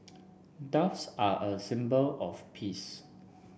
doves are a symbol of peace